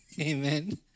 Amen